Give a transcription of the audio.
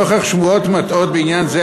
נוכח שמועות מטעות בעניין זה,